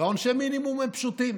ועונשי המינימום הם פשוטים: